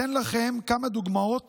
אתן לכם כמה דוגמאות